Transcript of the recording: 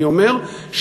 אני אומר,